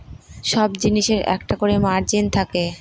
সব জিনিসের একটা করে মার্জিন থাকে